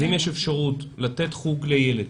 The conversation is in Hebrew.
אם יש אפשרות לתת חוג לילד,